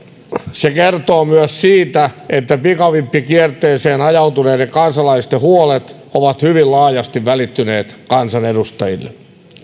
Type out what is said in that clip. se kertoo myös siitä että pikavippikierteeseen ajautuneiden kansalaisten huolet ovat hyvin laajasti välittyneet kansanedustajille